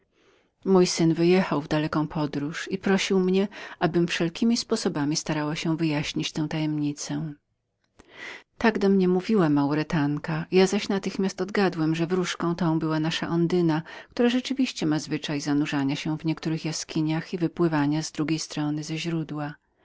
mój syn wyjechał na daleką podróż tymczasem prosił mnie aby wszelkiemi sposobami starała się wyjaśnić tę tajemnicę tak do mnie mówiła maurytanka ja zaś natychmiast odgadłem że wróżką tą była nasza ondyna króraktóra rzeczywiście ma zwyczaj zanurzania się w niektórych jaskiniach i wypływania z drugiej strony ze źródła